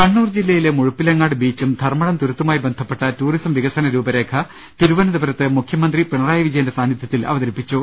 കണ്ണൂർ ജില്ലയിലെ മുഴപ്പിലങ്ങാട് ബീച്ചും ധർമ്മടം തുരുത്തുമായി ബന്ധപ്പെട്ട ടൂറിസം വികസന രൂപരേഖ തിരുവനന്തപുരത്ത് മുഖ്യമന്ത്രി പിണറായി വിജയന്റെ സാന്നിധ്യത്തിൽ അവതരിപ്പിച്ചു